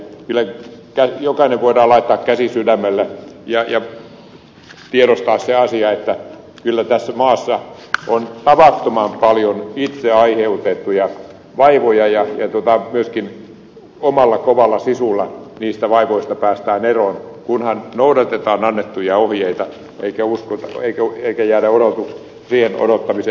kyllä jokainen voidaan laittaa käsi sydämelle ja tiedostaa se asia että kyllä tässä maassa on tavattoman paljon itse aiheutettuja vaivoja ja myöskin omalla kovalla sisulla niistä vaivoista päästään eroon kunhan noudatetaan annettuja ohjeita eikä jäädä odottamaan että aika hoitaa